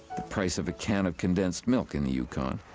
the price of a can of condensed milk in the yukon.